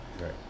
Right